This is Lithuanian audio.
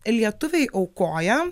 lietuviai aukoja